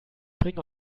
bringe